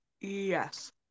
Yes